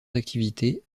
d’activité